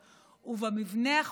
ובמבנה החוקתי,